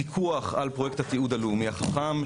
פיקוח על פרויקט התיעוד הלאומי החכם,